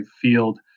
field